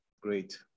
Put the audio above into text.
great